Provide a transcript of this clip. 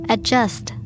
Adjust